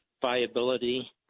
viability